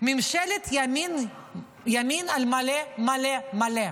ממשלת ימין על מלא מלא,